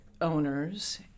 owners